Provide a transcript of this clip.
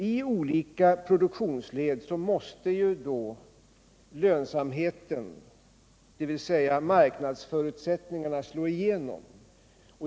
I olika produktionsled måste då lönsamheten, dvs. marknadsförutsättningarna, slå igenom.